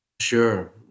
Sure